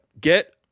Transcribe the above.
get